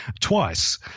twice